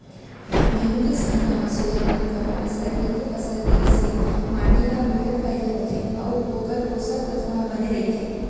गहूँ के संघरा म सोयाबीन, कपसा, राहेर के फसल ले से माटी ल बिकट फायदा होथे अउ ओखर पोसक तत्व ह बने रहिथे